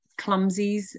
clumsies